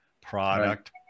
product